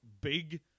big